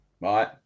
right